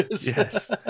yes